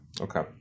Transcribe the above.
Okay